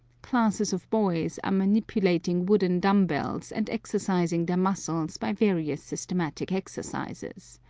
classes of boys are manipulating wooden dumb-bells and exercising their muscles by various systematic exercises.